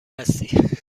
هستی